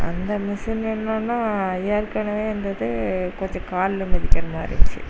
அந்த மிசின் என்னென்னா ஏற்கனவே இருந்தது கொஞ்சம் காலில் மிதிக்கிற மாதிரி இருந்துச்சு